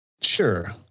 Sure